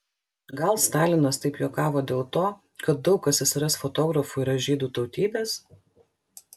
gal stalinas taip juokavo dėl to kad daug ssrs fotografų yra žydų tautybės